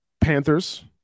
Panthers